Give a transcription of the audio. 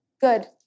good